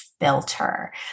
filter